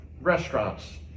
restaurants